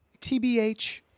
TBH